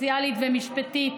סוציאלית ומשפטית